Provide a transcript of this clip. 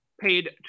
paid